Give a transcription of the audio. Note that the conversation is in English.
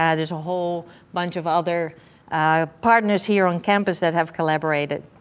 yeah there's a whole bunch of other partners here on campus that have collaborated.